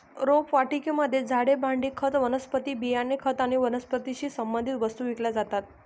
रोपवाटिकेमध्ये झाडे, भांडी, खत, वनस्पती बियाणे, खत आणि वनस्पतीशी संबंधित वस्तू विकल्या जातात